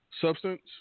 substance